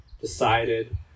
decided